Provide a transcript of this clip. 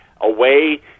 away